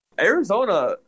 Arizona